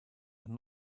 and